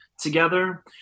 together